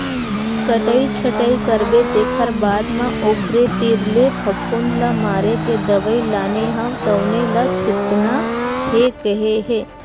कटई छटई करबे तेखर बाद म ओखरे तीर ले फफुंद ल मारे के दवई लाने हव तउने ल छितना हे केहे हे